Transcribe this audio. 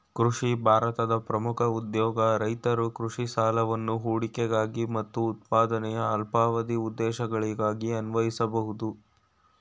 ಕೃಷಿ ಭಾರತದ ಪ್ರಮುಖ ಉದ್ಯೋಗ ರೈತರು ಕೃಷಿ ಸಾಲವನ್ನು ಹೂಡಿಕೆಗಾಗಿ ಮತ್ತು ಉತ್ಪಾದನೆಯ ಅಲ್ಪಾವಧಿ ಉದ್ದೇಶಗಳಿಗಾಗಿ ಅನ್ವಯಿಸ್ಬೋದು